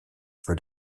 for